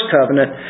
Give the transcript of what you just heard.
covenant